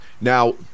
Now